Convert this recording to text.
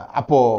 apo